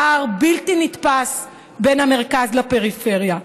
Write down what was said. פער בלתי נתפס בין המרכז לפריפריה.